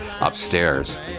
upstairs